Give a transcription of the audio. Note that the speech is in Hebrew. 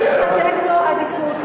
למה צריך לתת לו עדיפות?